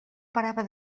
parava